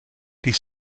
dies